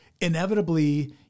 inevitably